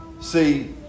See